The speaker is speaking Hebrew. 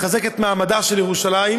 לחזק את מעמדה של ירושלים,